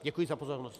Děkuji za pozornost.